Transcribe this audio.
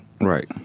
Right